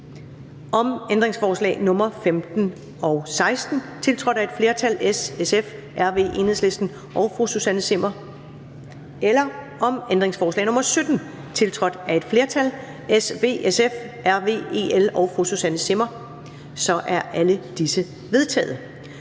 om ændringsforslag nr. 15 og 16, tiltrådt af et flertal (S, SF, RV, EL og Susanne Zimmer (UFG)), eller om ændringsforslag nr. 17, tiltrådt af et flertal (S, V, SF, RV, EL og Susanne Zimmer (UFG))? De er vedtaget.